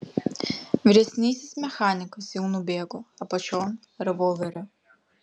vyresnysis mechanikas jau nubėgo apačion revolverio